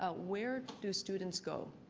ah where do students go?